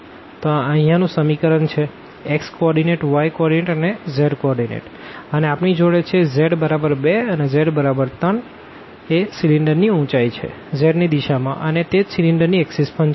તો આ અહિયાં નું ઇક્વેશન છે x coordinate y coordinate અને z કો ઓર્ડીનેટ અને આપણી જોડે છે z બરાબર 2 અને z બરાબર 3 અને એ સીલીન્ડર ની ઉંચાઈ છે z ની દિશા માં અને તે જ સીલીન્ડર ની એક્ષિસ પણ છે